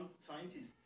scientists